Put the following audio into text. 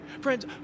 Friends